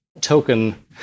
token